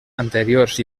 anteriors